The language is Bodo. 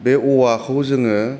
बे औवाखौ जोङो